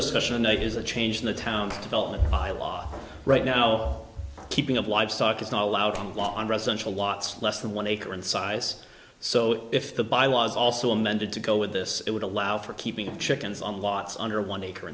discussion a is a change in the town development by law right now keeping of livestock is not allowed on law on residential lots less than one acre in size so if the bylaws also amended to go with this it would allow for keeping chickens on lots under one acre